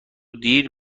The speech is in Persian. دیر